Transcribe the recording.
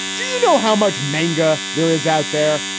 do you know how much manga there is out there?